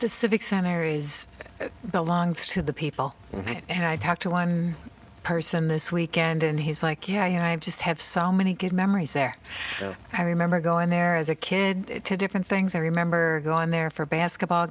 the civic center is belongs to the people and i talked to one person this weekend and he's like yeah you know i just have so many good memories there i remember going there as a kid to different things i remember going there for basketball